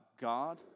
God